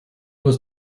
was